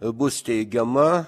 bus teigiama